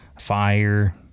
fire